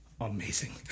amazing